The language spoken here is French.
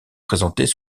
présentés